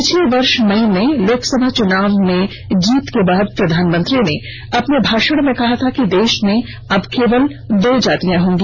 पिछले वर्ष मई में लोकसभा चुनाव में जीत के बाद प्रधानमंत्री ने अपने भाषण में कहा था कि देश में अब केवल दो जातियां होंगी